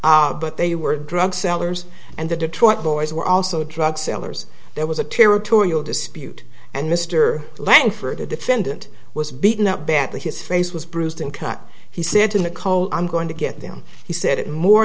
transcript but they were drug sellers and the detroit boys were also drug sellers there was a territorial dispute and mr langford the defendant was beaten up badly his face was bruised and cut he said to nicole i'm going to get them he said it more